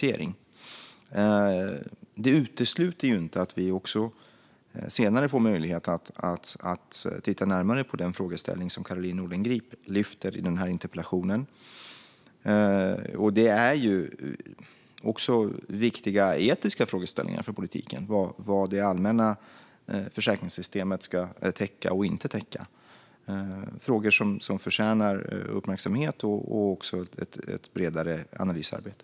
Detta utesluter inte att vi senare också får möjlighet att titta närmare på den frågeställning som Caroline Nordengrip tar upp i denna interpellation. Vad det allmänna försäkringssystemet ska täcka och inte täcka är också en viktig etisk frågeställning för politiken. Detta är frågor som förtjänar uppmärksamhet och ett bredare analysarbete.